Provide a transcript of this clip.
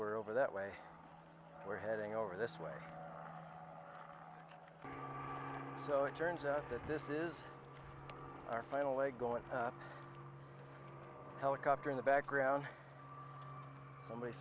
we're over that way we're heading over this way so it turns out that this is our final leg going helicopter in the background somebody